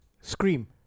Scream